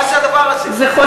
מה זה הדבר הזה?